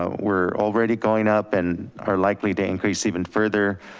ah we're already going up and are likely to increase even further,